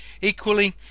Equally